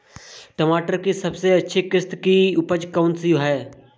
टमाटर की सबसे अच्छी किश्त की उपज कौन सी है?